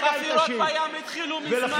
החפירות התחילו מזמן,